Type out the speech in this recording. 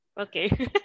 Okay